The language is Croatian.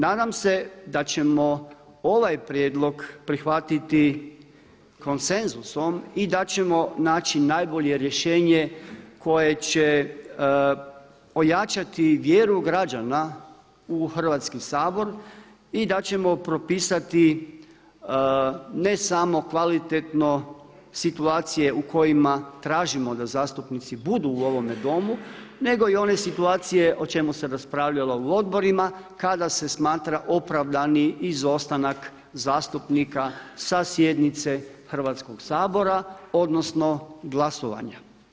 Nadam se da ćemo ovaj prijedlog prihvatiti konsenzusom i da ćemo naći najbolje rješenje koje će ojačati vjeru građana u Hrvatski sabor i da ćemo propisati ne samo kvalitetno situacije u kojima tražimo da zastupnici budu u ovome Domu, nego i one situacije o čemu se raspravljalo u odborima kada se smatra opravdani izostanak zastupnika sa sjednice Hrvatskog sabora odnosno glasovanja.